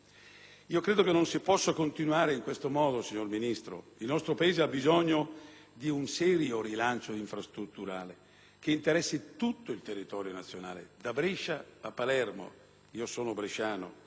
Credo non si possa continuare in questo modo, signor Ministro. Il nostro Paese ha bisogno di un serio rilancio infrastrutturale, che interessi tutto il territorio nazionale, da Brescia a Palermo (io sono bresciano).